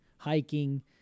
hiking